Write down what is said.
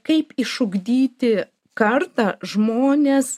kaip išugdyti kartą žmones